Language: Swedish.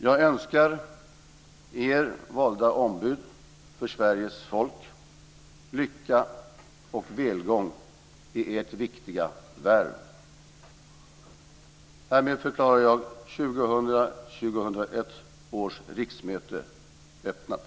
Jag önskar er, valda ombud för Sveriges folk, lycka och välgång i ert viktiga värv. Härmed förklarar jag 2000/01 års riksmöte öppnat.